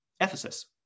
Ephesus